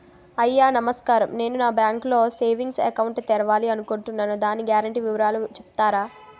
అయ్యా నమస్కారం నేను మీ బ్యాంక్ లో సేవింగ్స్ అకౌంట్ తెరవాలి అనుకుంటున్నాను దాని గ్యారంటీ వివరాలు చెప్తారా?